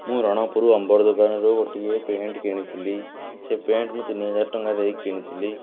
ମୁଁ ରଣପୁର ଅମ୍ବର ଦୋକାନରୁ ଗୋଟିଏ ପ୍ୟାଣ୍ଟ କିଣିଥିଲି ସେ ପ୍ୟାଣ୍ଟ ମୁଁ ତିନି ହଜାର ଟଙ୍କା ଦେଇ କିଣିଥିଲି